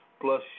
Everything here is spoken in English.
plus